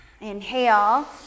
Inhale